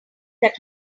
that